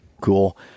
Cool